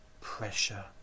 pressure